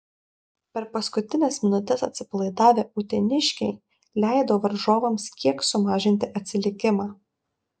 per paskutines minutes atsipalaidavę uteniškiai leido varžovams kiek sumažinti atsilikimą